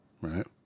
right